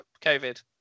COVID